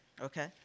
Okay